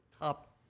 top